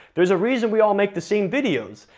there's a reason we all make the same videos,